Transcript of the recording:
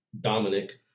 dominic